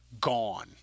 gone